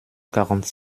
quarante